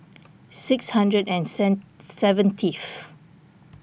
six hundred and sen seventieth